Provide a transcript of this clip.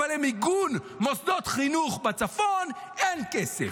אבל למיגון מוסדות חינוך בצפון אין כסף.